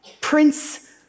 Prince